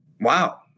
wow